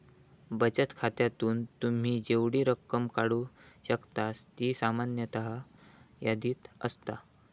बचत खात्यातून तुम्ही जेवढी रक्कम काढू शकतास ती सामान्यतः यादीत असता